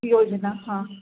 योजना हां